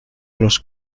los